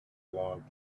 long